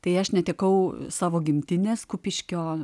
tai aš netekau savo gimtinės kupiškio